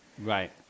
right